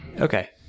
Okay